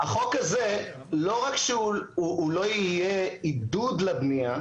החוק הזה לא רק שהוא לא יהיה עידוד לבנייה,